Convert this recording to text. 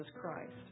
Christ